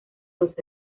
dos